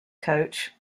coach